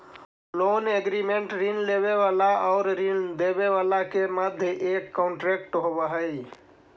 loan agreement ऋण लेवे वाला आउर ऋण देवे वाला के मध्य एक कॉन्ट्रैक्ट होवे हई